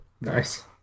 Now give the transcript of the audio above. Nice